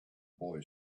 boy